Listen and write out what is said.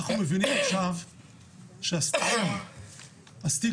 אנחנו מבינים עכשיו שהסטיגמה הורגת.